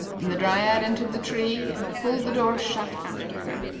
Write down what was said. and the dryad entered the tree and pulled the door shut after her.